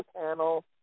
panel